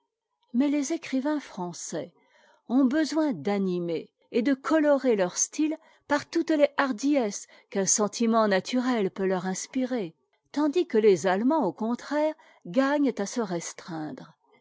mais les écrivains français ont besoin d'animer et de colorer leur style par toutes les hardiesses qu'un sentiment naturel peut leur inspirer tandis que les allemands au contraire gagnent à se restreindre